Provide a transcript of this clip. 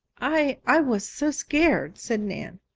i i was so scared, said nan.